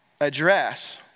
address